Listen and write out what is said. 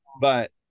but-